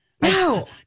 No